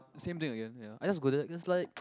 same thing again ya I just go there it's like